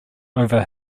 over